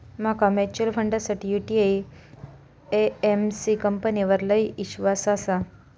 माका म्यूचुअल फंडासाठी UTI AMC कंपनीवर लय ईश्वास आसा